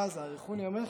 ואז "יאריכון ימיך"